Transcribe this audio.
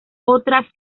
otras